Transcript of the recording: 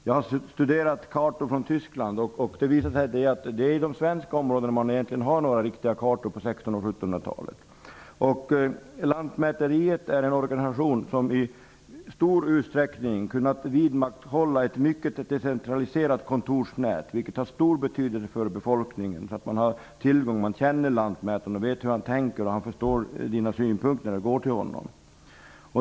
Jag har studerat kartor från Tyskland, och det visar sig att det är över svenska områden som det egentligen finns riktiga kartor från 1600 Lantmäteriet är en organisation som i stor utsträckning har kunnat vidmakthålla ett mycket decentraliserat kontorsnät, vilket har stor betydelse för befolkningen. Man känner lantmätaren och vet hur denne tänker. Lantmätaren förstår folks synpunkter när de går till denne.